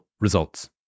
results